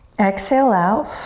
exhale out.